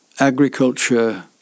Agriculture